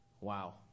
Wow